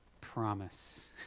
promise